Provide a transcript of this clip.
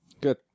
Good